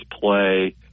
play